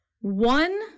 One